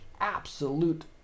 absolute